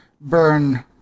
Burn